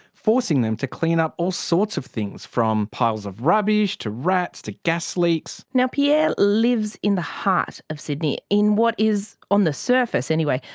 forcing them to clean up all sorts of things from piles of rubbish, to rats, to gas leaks. now pierre lives in the heart of sydney in what is, on the surface anyway,